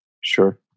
Sure